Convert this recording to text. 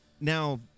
Now